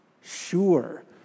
sure